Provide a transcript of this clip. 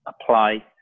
apply